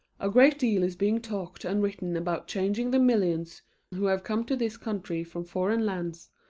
a great deal is being talked and written about changing the millions who have come to this country from foreign lands,